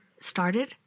started